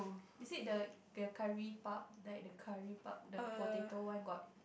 is it the the curry puff like the curry puff the potato one got